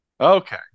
Okay